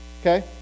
okay